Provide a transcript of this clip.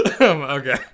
Okay